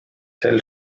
sel